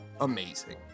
amazing